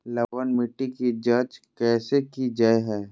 लवन मिट्टी की जच कैसे की जय है?